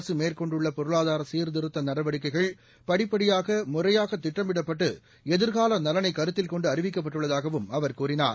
அரசு மேற்கொண்டுள்ள பொருளாதார சீர்திருத்த நடவடிக்கைகள் படிப்படியாக முறையாக திட்டமிடப்பட்டு எதிர்காலநலனை கருத்தில்கொண்டுஅறிவிக்கப்பட்டுள்ளதாகவும் அவர் கூறினார்